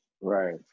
Right